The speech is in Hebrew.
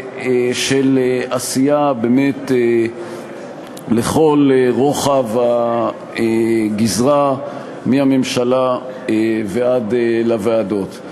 ושל עשייה באמת לכל רוחב הגזרה מהממשלה ועד לוועדות.